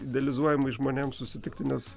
idealizuojamais žmonėm susitikti nes